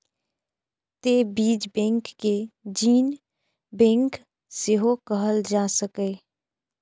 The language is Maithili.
तें बीज बैंक कें जीन बैंक सेहो कहल जा सकैए